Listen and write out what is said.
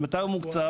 ממתי הוא מוקצב?